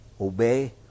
Obey